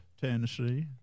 Tennessee